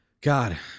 God